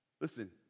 Listen